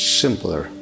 simpler